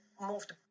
moved